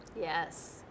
Yes